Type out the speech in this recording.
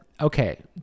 okay